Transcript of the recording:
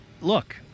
Look